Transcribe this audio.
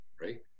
right